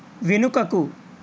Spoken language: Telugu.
వెనుకకు